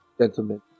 gentlemen